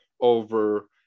over